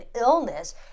illness